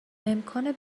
امکان